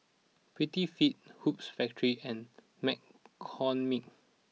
Prettyfit Hoops Factory and McCormick